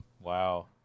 Wow